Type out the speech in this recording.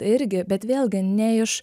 irgi bet vėlgi ne iš